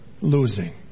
Losing